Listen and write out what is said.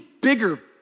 bigger